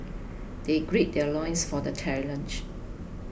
they gird their loins for the challenge